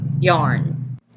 yarn